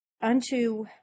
Unto